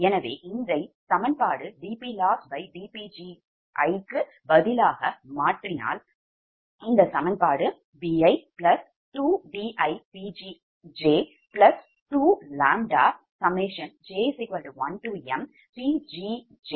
எனவே இதை சமன்பாட்டில் dPLoss dPgiபதிலாக மாற்றவும் அப்படிஎன்றால் இந்த சமன்பாடு bi2diPgj2ʎj1mPgjBijʎ இவ்வாறு மாறும்